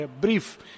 brief